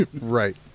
Right